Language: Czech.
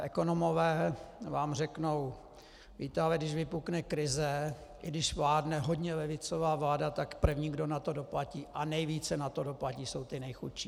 Ekonomové vám řeknou, že když vypukne krize, i když vládne hodně levicová vláda, tak první, kdo na to doplatí, a nejvíce na to doplatí, jsou ti nejchudší.